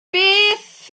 beth